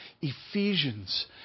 Ephesians